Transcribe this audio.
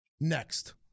next